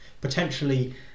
potentially